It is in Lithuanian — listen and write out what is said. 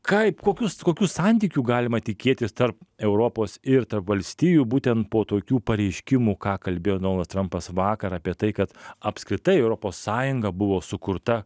kaip kokius kokius santykių galima tikėtis tarp europos ir tarp valstijų būtent po tokių pareiškimų ką kalbėjo donaldas trampas vakar apie tai kad apskritai europos sąjunga buvo sukurta